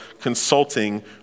consulting